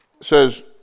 says